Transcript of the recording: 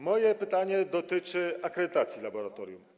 Moje pytanie dotyczy akredytacji laboratorium.